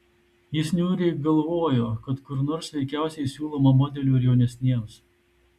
jis niūriai galvojo kad kur nors veikiausiai siūloma modelių ir jaunesniems